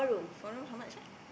four room how much ah